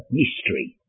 mystery